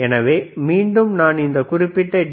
எனவே மீண்டும் நான் இந்த குறிப்பிட்ட டி